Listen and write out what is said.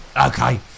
Okay